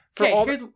Okay